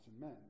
men